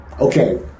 Okay